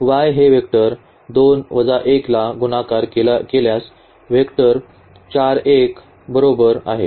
y हे vector ला गुणाकार केल्यास वेक्टर बरोबर आहे